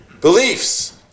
beliefs